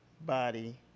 body